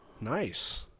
Nice